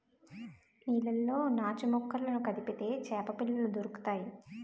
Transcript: నీళ్లలో నాచుమొక్కలను కదిపితే చేపపిల్లలు దొరుకుతాయి